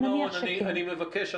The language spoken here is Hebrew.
אני מבקש,